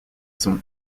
son